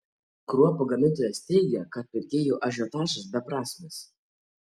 kruopų gamintojas teigia kad pirkėjų ažiotažas beprasmis